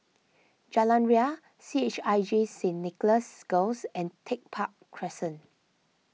Jalan Ria C H I J Saint Nicholas Girls and Tech Park Crescent